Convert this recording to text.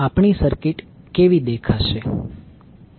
તો આપણી સર્કિટ કેવી દેખાશે